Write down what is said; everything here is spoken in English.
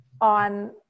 on